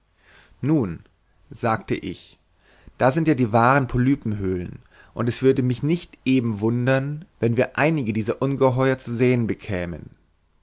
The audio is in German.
nun sagte ich da sind ja die wahren polypenhöhlen und es würde mich nicht eben wundern wenn wir einige dieser ungeheuer zu sehen bekämen